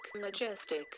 majestic